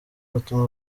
gatuma